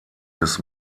des